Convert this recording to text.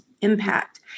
impact